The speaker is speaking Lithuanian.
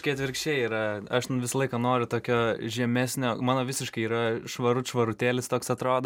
atvirkščiai yra aš visą laiką noriu tokio žemesnio mano visiškai yra švarut švarutėlis toks atrodo